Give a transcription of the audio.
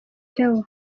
theo